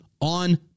on